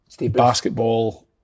basketball